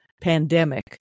pandemic